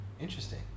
Interesting